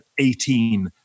18